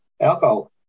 alcohol